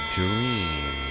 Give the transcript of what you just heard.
dream